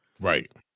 right